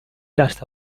hasta